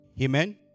Amen